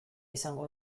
izango